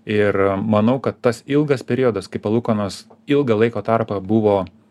ir manau kad tas ilgas periodas kai palūkanos ilgą laiko tarpą buvo